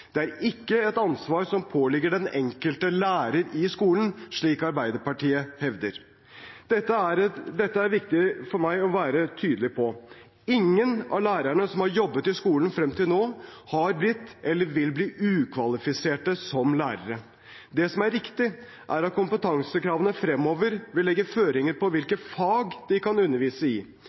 Det er ikke et ansvar som påligger den enkelte lærer i skolen, slik Arbeiderpartiet hevder. Dette er det viktig for meg å være tydelig på. Ingen av lærerne som har jobbet i skolen frem til nå, er blitt eller vil bli ukvalifisert som lærere. Det som er riktig, er at kompetansekravene fremover vil legge føringer på hvilke fag de kan undervise i.